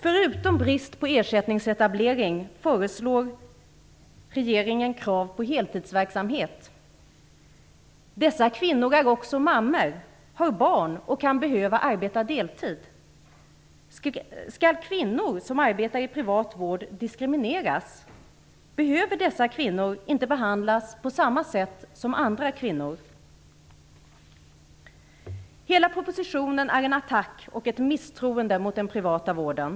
Förutom brist på ersättningsetablering föreslår regeringen krav på heltidsverksamhet. Dessa kvinnor är också mammor, de har barn och kan behöva arbeta deltid. Skall kvinnor som arbetar i privat vård diskrimineras? Behöver dessa kvinnor inte behandlas på samma sätt som andra kvinnor? Hela propositionen är en attack och ett misstroende mot den privata vården.